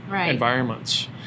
environments